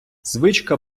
звичка